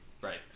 Right